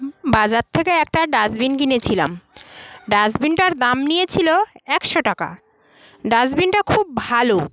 বাজার থেকে একটা ডাস্টবিন কিনেছিলাম ডাস্টবিনটার দাম নিয়েছিলো একশো টাকা ডাস্টবিনটা খুব ভালো